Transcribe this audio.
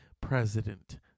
President